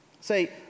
say